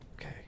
Okay